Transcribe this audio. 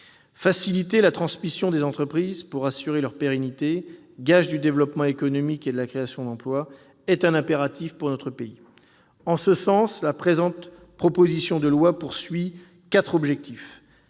Faciliter la transmission des entreprises pour assurer leur pérennité, gage du développement économique et de la création d'emploi, est un impératif pour notre pays. En ce sens, cette proposition de loi vise quatre objectifs